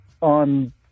on